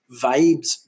vibes